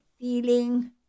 feeling